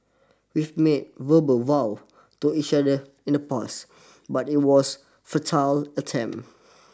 we made verbal vow to each other in the past but it was futile attempt